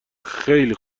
خیلی